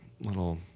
little